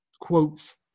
quotes